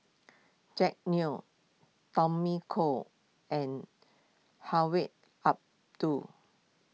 Jack Neo Tommy Koh and Hedwig